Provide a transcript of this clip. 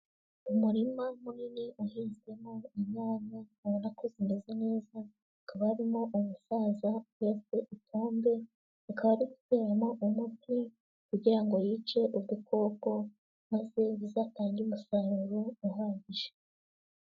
Umurima munini uhinzemo inyanya ubona ko zimeze neza, hakaba harimo umusaza uhetse ipombe, akaba ari guteramo umuti kugira ngo yice udukoko maze bizatange umusaruro uhagije.